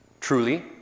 truly